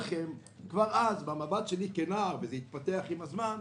כבר אז במבט שלי כנער, וזה התפתח עם הזמן,